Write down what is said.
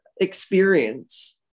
experience